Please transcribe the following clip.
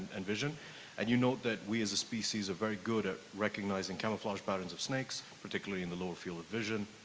and and you note that we as a species are very good at recognizing camouflage patterns of snakes, particularly in the lower field of vision.